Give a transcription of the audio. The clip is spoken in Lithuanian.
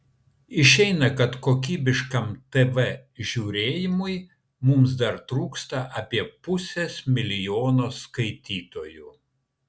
išeina kad kokybiškam tv žiūrėjimui mums dar trūksta apie pusės milijono skaitytojų